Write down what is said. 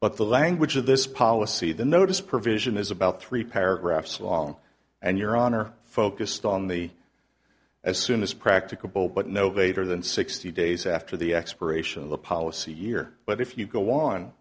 but the language of this policy the notice provision is about three paragraphs long and your honor focused on the as soon as practicable but no greater than sixty days after the expiration of the policy year but if you go on